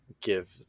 give